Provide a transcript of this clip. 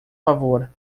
favor